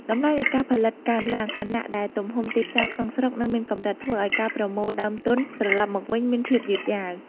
តម្លៃនៃការផលិតកើនឡើង ខណៈដែលទំហំទីផ្សារក្នុងស្រុកនៅមានកម្រិត ធ្វើឱ្យការប្រមូលដើមទុនត្រឡប់មកវិញមានភាពយឺតយ៉ាវ។